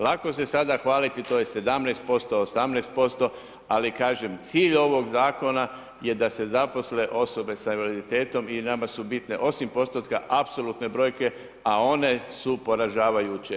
Lako se sada hvaliti to je 17%, 18%, ali kažem, cilj ovog zakona je da se zaposle osobe sa invaliditetom i nama su bitne, osim postotka, apsolutne brojke, a one su poražavajuće.